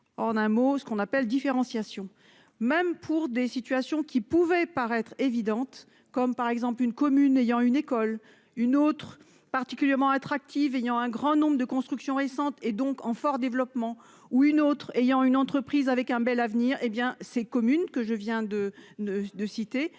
En un mot, ce qu'on appelle différenciation, même pour des situations qui pouvait paraître évidente, comme par exemple une commune ayant une école, une autre particulièrement attractive ayant un grand nombre de construction récente et donc en fort développement ou une autre ayant une entreprise avec un bel avenir, hé bien ces communes que je viens de ne